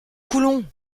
coulons